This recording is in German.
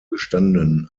gestanden